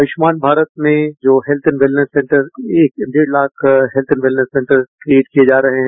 आयुष्मान भारत में जोहेल्थ and wellness centre एक डेढ़ lakh health and wellness create किये जा रहे हैं